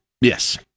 yes